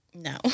No